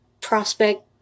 prospect